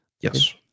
Yes